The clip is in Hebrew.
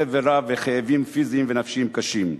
סבל רב וכאבים פיזיים ונפשיים קשים.